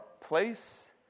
place